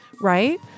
right